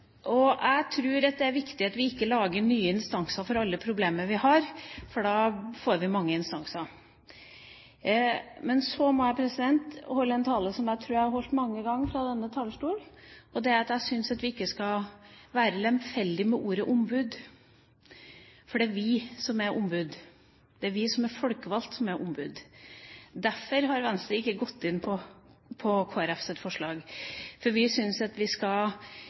det. Jeg tror også at barneombudet kan gjøre det. Jeg tror det er viktig at vi ikke lager nye instanser for alle problemer vi har, for da får vi mange instanser. Så må jeg holde en tale som jeg har holdt mange ganger fra denne talerstol: Jeg syns ikke vi skal være lemfeldige med ordet «ombud». For det er vi som er ombud. Det er vi som er folkevalgte, som er ombud. Derfor har Venstre ikke gått inn for Kristelig Folkepartis forslag. For vi syns at ombudstittelen skal